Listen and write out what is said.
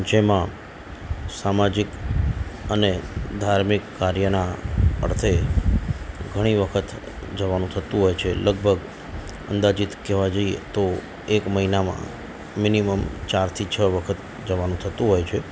જેમાં સામાજિક અને ધાર્મિક કાર્યના અર્થે ઘણી વખત જવાનું થતું હોય છે લગભગ અંદાજીત કહેવા જઈએ તો એક મહિનામાં મિનિમમ ચારથી છ વખત જવાનું થતું હોય છે